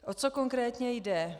O co konkrétně jde?